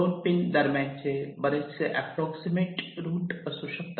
2 pin दरम्यान बरेच approximate route असू शकतात